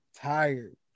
Tired